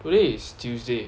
today is tuesday